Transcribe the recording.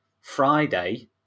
Friday